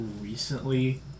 recently